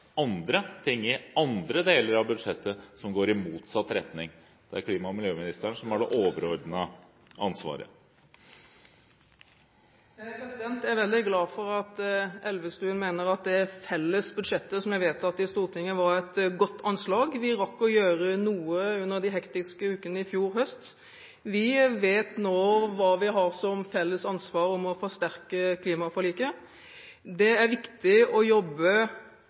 andre ting som går i motsatt retning i andre deler av budsjettet – der klima- og miljøministeren har det overordnede ansvaret? Jeg er veldig glad for at Elvestuen mener det felles budsjettet som er vedtatt i Stortinget, er et godt anslag. Vi rakk å gjøre noe under de hektiske ukene i fjor høst. Vi vet nå hva vi har som felles ansvar for å forsterke klimaforliket. Det er viktig å jobbe